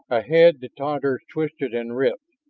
ahead the tatars twisted and writhed,